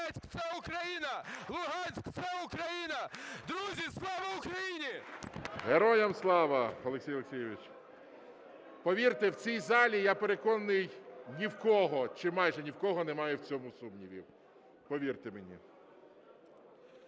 Героям слава, Олексій Олексійович. Повірте, в цій залі, я переконаний, ні в кого чи майже ні в кого немає в цьому сумнівів, повірте мені.